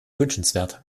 wünschenswert